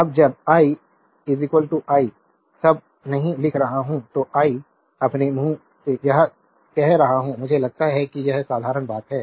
अब जब I I सब नहीं लिख रहा हूं तो आई अपने मुंह से कह रहा हूं मुझे लगता है कि यह एक साधारण बात है